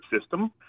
system